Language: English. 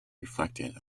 reflected